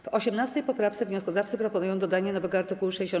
W 18. poprawce wnioskodawcy proponują dodanie nowego art. 64a.